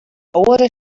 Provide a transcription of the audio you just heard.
oare